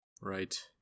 right